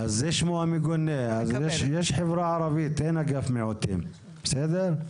יש חברה ערבית, אין אגף מיעוטים, בסדר?